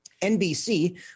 NBC